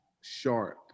Sharp